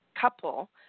couple